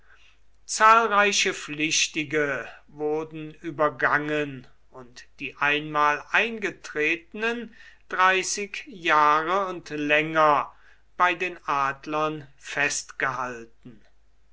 zahlreiche pflichtige wurden übergangen und die einmal eingetretenen dreißig jahre und länger bei den adlern festgehalten